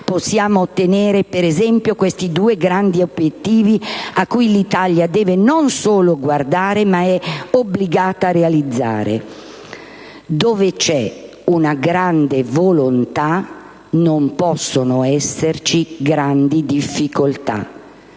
possiamo ottenere questi due grandi obiettivi a cui l'Italia non può solo guardare, ma è obbligata a realizzare. «Dove c'è una grande volontà non possono esserci grandi difficoltà».